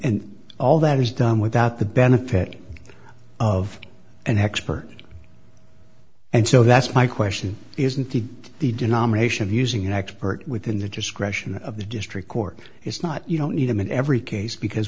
all that was done without the benefit of an expert and so that's my question isn't it the do nomination using an expert within the discretion of the district court it's not you don't need them in every case because